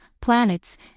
planets